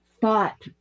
thought